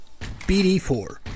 BD4